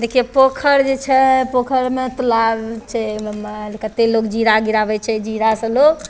देखिये पोखरि जे छै पोखरिमे तालाब छै ओहिमे कतेक लोग जीरा गिराबै छै जीरासँ लोग